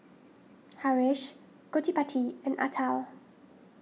Haresh Gottipati and Atal